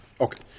Okay